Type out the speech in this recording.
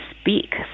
speak